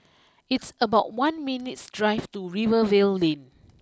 it's about one minutes stright to Rivervale Lane